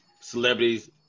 Celebrities